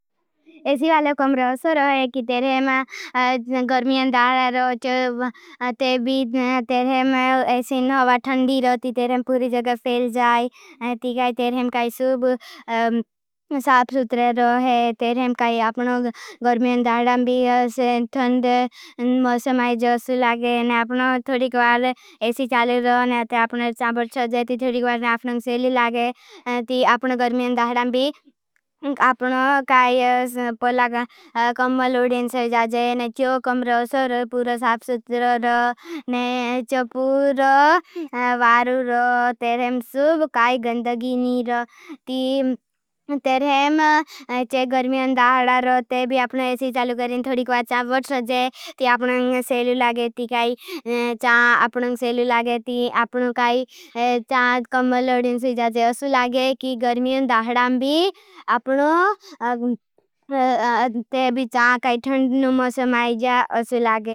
एसी वालो कोमरो सो रो है। कि तेरे में गर्मियों दाहडा रो चो। ते बीड तेरे में एसी नवा थंदी। रो ती तेरे में पूरी जग फेल जाई। ती काई तेरे में काई सुभ साफ रुत्रे रो है। तेरे में काई आपनों गर्मियों दाहडां बीड से थंद मौसमाई जोसु ला के ती आपनों गर्मियों दाहडां बीड। आपनों काई कमल ओडियों से जाज़े ने चो। कम रो सो रो पूरो साफ सुथ्र रो ने चो पूरो वारू। रो तेरे में सुभ काई गंदगी नी रो। ती तेरे में चो गर्मियों दाहडां रो तेबी आपनों एसी चालू करें। थोड़ी कवाचा बोठ से ती आपनों गर्मियों दाहडां बीड आपनों काई कमल ओडियों से जाज़े और से लागे।